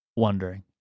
wondering